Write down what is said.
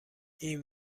این